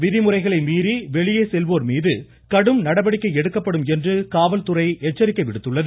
விதிமுறைகளை மீறி வெளியே செல்வோர் மீது நடவடிக்கை எடுக்கப்படும் என்று காவல்துறை எச்சரிக்கை விடுத்துள்ளது